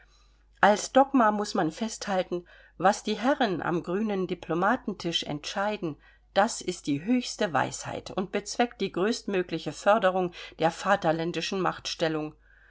als dogma muß man festhalten was die herren am grünen diplomatentisch entscheiden das ist die höchste weisheit und bezweckt die größtmögliche förderung der vaterländischen